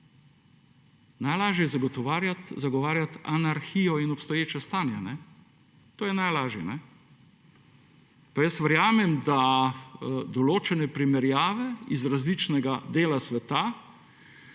Najlažje je zagovarjati anarhijo in obstoječe stanje. To je najlažje. Pa jaz verjamem, da določene primerjave iz različnega dela sveta,